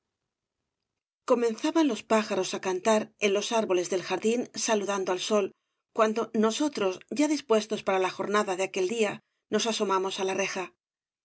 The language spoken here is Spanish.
bradomin omenzaban los pájaros á cantar en los árboles del jardín salu dando al sol cuando nosotros ya dispuestos para la jornada de aquel día nos asomamos á la reja